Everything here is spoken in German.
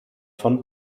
von